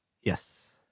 Yes